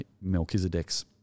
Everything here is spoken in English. Melchizedek's